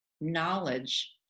knowledge